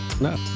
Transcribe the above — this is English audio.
no